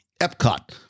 Epcot